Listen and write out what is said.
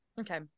Okay